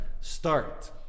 Start